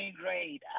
great